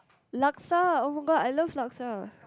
laksa [oh]-my-god I love laksa